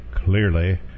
clearly